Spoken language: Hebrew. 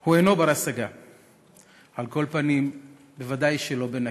הוא אינו בר-השגה, על כל פנים בוודאי שלא בנקל.